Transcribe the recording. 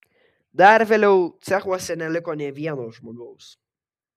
dar vėliau cechuose neliko nė vieno žmogaus